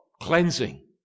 cleansing